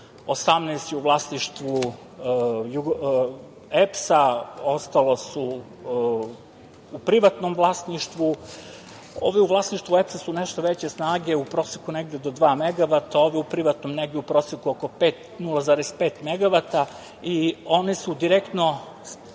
je u vlasništvu EPS, ostalo su u privatnom vlasništvu. Ovde u vlasništvu EPS su nešto veće snage u proseku negde do dva mega bata, ovde u privatnom negde u proseku oko 0,5 megabata i one su direktno